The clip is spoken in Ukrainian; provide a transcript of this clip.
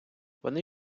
вони